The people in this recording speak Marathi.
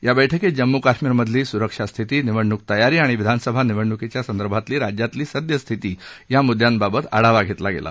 या बैठकीत जम्मू कश्मिरमधली स्रक्षा स्थिती निवडणूक तयारी आणि विधानसभा निवडणूकीच्या संदर्भातली राज्यातली सद्य स्थिती आदी म्द्यांबाबत आढावा घेण्यात आला